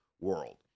world